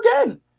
again